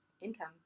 income